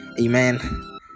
amen